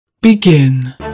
Begin